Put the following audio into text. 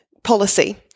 policy